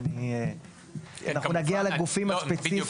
נגיע לגופים הספציפיים.